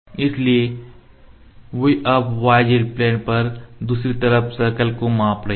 इसलिए वे अब yz प्लेन पर दूसरी तरफ सर्कल को माप रहे हैं